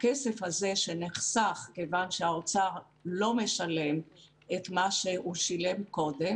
הכסף הזה נחסך מכיוון שהאוצר לא משלם את מה שהוא שילם קודם.